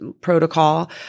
protocol